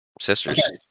Sisters